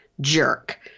jerk